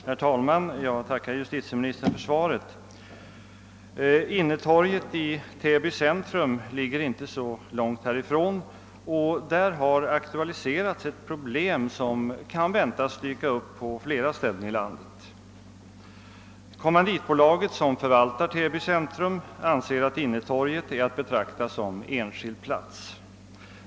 Herr talman! Jag tackar justitieminis Nr 11 171 tern för svaret. Innetorget i Täby centrum ligger inte så långt härifrån, och där har aktualiserats ett problem som kan väntas dyka upp på flera ställen i landet. Det kommanditbolag som förvaltar Täby centrum anser att innetorget är att betrakta som enskild plats.